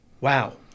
Wow